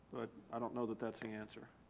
i don't know that that's the answer.